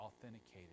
authenticated